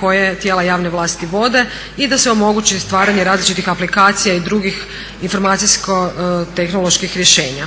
koje tijela javne vlasti vode i da se omogući stvaranje različitih aplikacija i drugih informacijsko-tehnoloških rješenja.